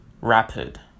rapid